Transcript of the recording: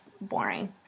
boring